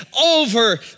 over